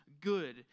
good